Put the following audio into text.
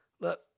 Look